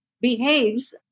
behaves